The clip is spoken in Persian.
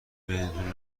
بینتون